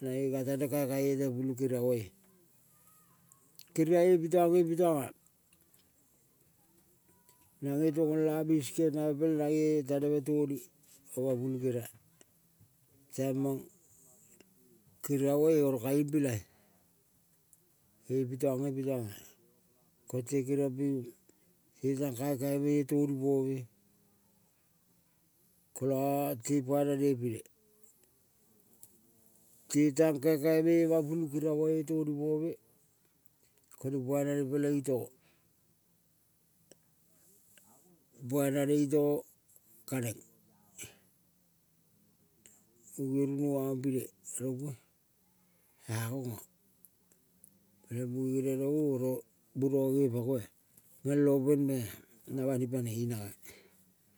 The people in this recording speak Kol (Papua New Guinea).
Nae ka tane kakai, ete pulu keria moe, keria epitong. Nange tong ngol a bisket nave pelenga nanga taneve toni oma pulu keria, taimang keria moe aro kaing pilai, epitong, epitonga. Kote keriong ping te tang kaikai me toni pome kola te pai nane ipine. Te tang kekeme oma pulukeria moe, tonipane kone pai nane peleng itogo, pai nane itogo kaneng. Munge runuaong pine rong ve agonga peleng muge geniong rona o oro buronga nge pakoa. Ngel open baya na bani pane inga.